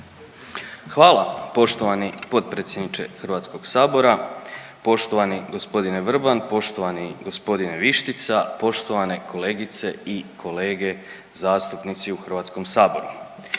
Hvala poštovani potpredsjedniče HS, poštovani g. Vrban, poštovani g. Vištica, poštovane kolegice i kolege zastupnici u HS. Danas